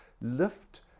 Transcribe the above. Lift